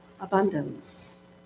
Abundance